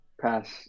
pass